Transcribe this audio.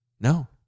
No